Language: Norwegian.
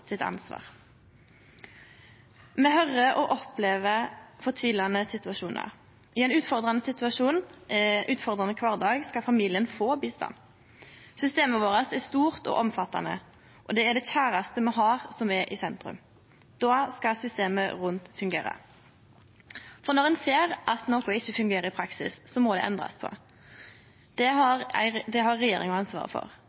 Me høyrer om og opplever fortvilande situasjonar. I ein utfordrande situasjon og ein utfordrande kvardag skal familien få bistand. Systemet vårt er stort og omfattande, og det er det kjæraste me har, som er i sentrum. Då skal systemet rundt fungere. Når ein ser at noko ikkje fungerer i praksis, må det endrast på. Det har regjeringa ansvaret for.